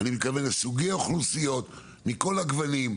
אני מתכוון לסוגי אוכלוסיות מכל הגוונים.